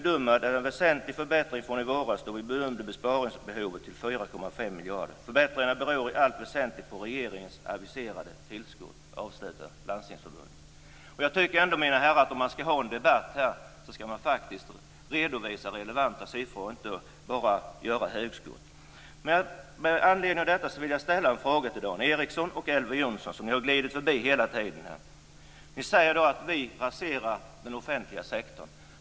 - Det är en väsentlig förbättring från i våras, då vi bedömde besparingsbehovet till 4,5 miljarder. Förbättringen beror i allt väsentligt på regeringens aviserade tillskott -." Jag tycker ändå, mina herrar, att vi, om vi skall ha en debatt här, faktiskt också skall redovisa relevanta siffror och inte bara komma med hugskott. Dan Ericsson och Elver Jonsson. Det gäller en sak som ni hela tiden har glidit förbi här. Ni säger att vi raserar den offentliga sektorn.